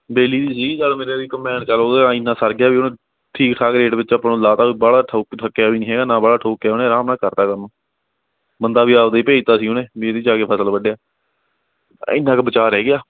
ਬੇਲੀ ਦੀ ਸੀਗੀ ਯਾਰ ਮੇਰੇ ਦੀ ਕੰਬਾਈਨ ਚਲ ਉਹਦੇ ਨਾਲ ਇੰਨਾ ਸਰ ਗਿਆ ਵੀ ਉਹਨੇ ਠੀਕ ਠਾਕ ਰੇਟ ਵਿੱਚ ਆਪਾਂ ਨੂੰ ਲਾ ਤਾ ਬਾਹਲਾ ਠੋਕ ਠੋਕਿਆ ਵੀ ਨਹੀਂ ਹੈਗਾ ਨਾ ਬਾਹਲਾ ਠੋਕ ਕੇ ਉਹਨੇ ਆਰਾਮ ਨਾਲ ਕਰਤਾ ਕੰਮ ਬੰਦਾ ਵੀ ਆਪਦਾ ਹੀ ਭੇਜਤਾ ਸੀ ਉਹਨੇ ਵੀ ਇਹਦੀ ਜਾ ਕੇ ਫਸਲ ਵੱਢ ਆ ਇੰਨਾ ਕੁ ਬਚਾਅ ਰਹਿ ਗਿਆ